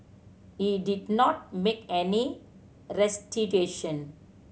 he did not make any restitution